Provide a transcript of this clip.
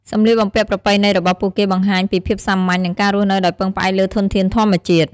សម្លៀកបំពាក់ប្រពៃណីរបស់ពួកគេបង្ហាញពីភាពសាមញ្ញ និងការរស់នៅដោយពឹងផ្អែកលើធនធានធម្មជាតិ។